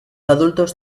adultos